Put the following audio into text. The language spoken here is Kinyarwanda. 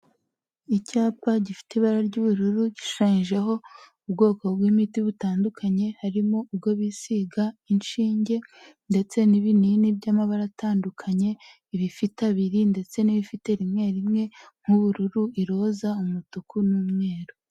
Icyapa gifite ibara ry'ubururu gishushanyijweho ubwoko bw'imiti butandukanye harimo ubwo bisiga inshinge ndetse n'ibinini by'amabara atandukanye ibifite abiri ndetse n'ibifite rimwe rimwe nk'ubururu ,iroza ,umutuku n'umweru.